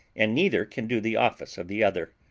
and neither can do the office of the other.